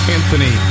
Anthony